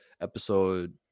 episode